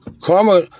Karma